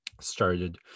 started